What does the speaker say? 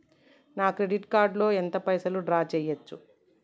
నా credit card లో ఎంత పైసల్ డ్రా చేయచ్చు?